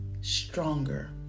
stronger